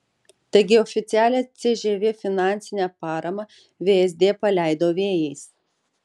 taigi oficialią cžv finansinę paramą vsd paleido vėjais